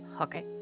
Okay